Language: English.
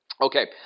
Okay